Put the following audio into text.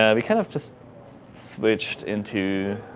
ah we kind of just switched into,